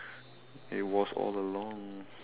it was all along